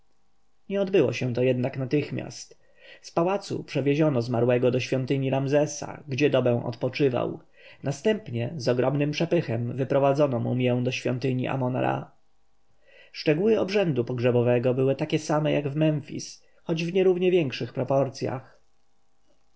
nie odbyło się to jednak natychmiast z pałacu przewieziono zmarłego do świątyni ramzesa gdzie dobę odpoczywał następnie z ogromnym przepychem wprowadzono mumję do świątyni amona-ra szczegóły obrzędu pogrzebowego były takie same jak w memfis choć w nierównie większych proporcjach